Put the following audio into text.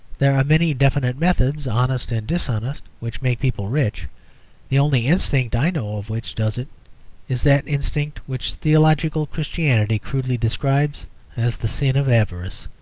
there are many definite methods, honest and dishonest, which make people rich the only instinct i know of which does it is that instinct which theological christianity crudely describes as the sin of avarice.